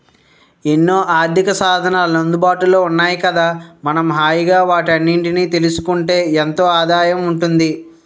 ఎన్నో ఆర్థికసాధనాలు అందుబాటులో ఉన్నాయి కదా మనం హాయిగా వాటన్నిటినీ తెలుసుకుంటే ఎంతో ఆదాయం ఉంటుంది